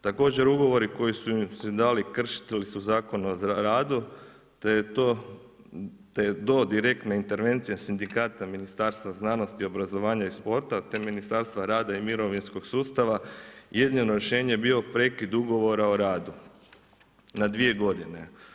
Također ugovori koji su se dali kršili su Zakon o radu te je do direktne intervencije sindikata Ministarstva znanosti i obrazovanja i sporta te Ministarstva rada i mirovinskog sustava jedino rješenje bio prekid ugovora o radu na dvije godine.